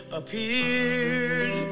appeared